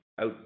out